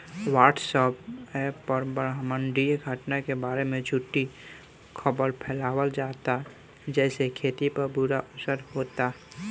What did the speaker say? WhatsApp पर ब्रह्माण्डीय घटना के बारे में झूठी खबर फैलावल जाता जेसे खेती पर बुरा असर होता